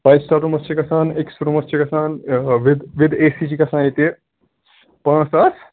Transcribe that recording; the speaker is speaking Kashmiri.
فایِو سِٹار روٗمَس چھِ گَژھان أکِس روٗمَس چھِ گژھان وِد وِد اے سی چھِ گَژھان ییٚتہِ پانٛژھ ساس